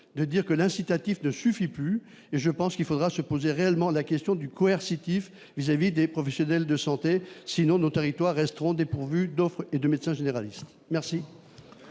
de dire que l'incitatif de suffit plus et je pense qu'il faudra se poser réellement la question du commerce il tifs vis-à-vis des professionnels de santé, sinon nos territoires resteront dépourvues d'offre et de médecins généralistes, merci.